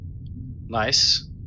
Nice